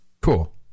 Cool